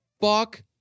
Fuck